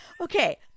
Okay